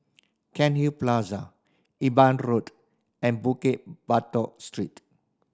Cairnhill Plaza Imbiah Road and Bukit Batok Street